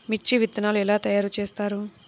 మిర్చి విత్తనాలు ఎలా తయారు చేస్తారు?